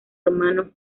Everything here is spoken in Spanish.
hermano